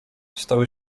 stały